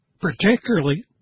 particularly